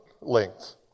length